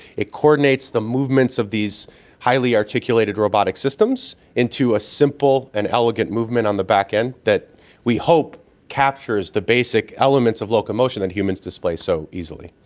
it coordinates the movements of these highly articulated robotic systems into a simple and elegant movement on the back-end that we hope captures the basic elements of locomotion that humans display so easily.